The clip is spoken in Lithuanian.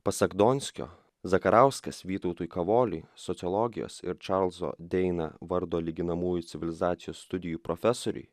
pasak donskio zakarauskas vytautui kavoliui sociologijos ir čarlzo deina vardo lyginamųjų civilizacijos studijų profesoriui